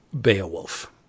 Beowulf